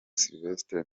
sylvestre